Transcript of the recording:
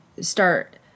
start